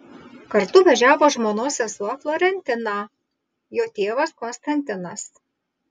kartu važiavo žmonos sesuo florentina jo tėvas konstantinas